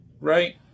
Right